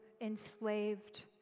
enslaved